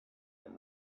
him